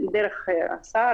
דרך השר,